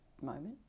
moment